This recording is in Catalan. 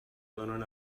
donen